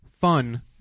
fun